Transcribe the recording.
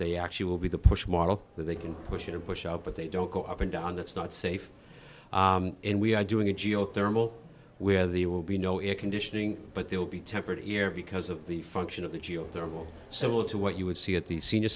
they actually will be the push model that they can push and push up but they don't go up and down that's not safe and we are doing a geothermal where there will be no air conditioning but they will be tempered here because of the function of the geothermal so well to what you would see at the senior